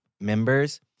members